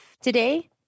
today